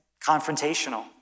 confrontational